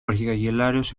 αρχικαγκελάριος